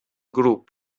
grup